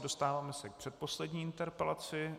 Dostáváme se k předposlední interpelaci.